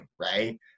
right